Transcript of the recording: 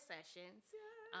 Sessions